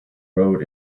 road